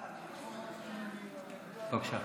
בבקשה.